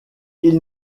ils